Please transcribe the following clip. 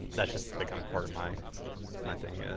that's just become part of my my thing.